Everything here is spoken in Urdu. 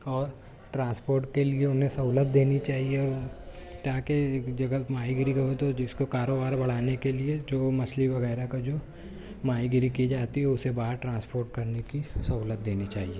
اور ٹرانسپورٹ کے لیے انہیں سہولت دینی چاہیے تاکہ ایک جگہ ماہی گیری کی ہو تو جس کو کاروبار کو بڑھانے کے لیے جو مچھلی وغیرہ کا جو ماہی گیری کی جاتی ہو اسے باہر ٹرانسپورٹ کرنے کی سہولت دینی چاہیے